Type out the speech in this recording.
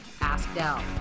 AskDell